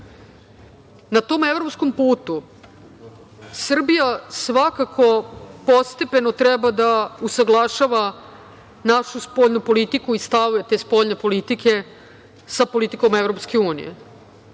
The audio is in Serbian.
tom evropskom putu Srbija svakako postepeno treba da usaglašava našu spoljnu politiku i stavove te spoljne politike sa politikom EU. To ne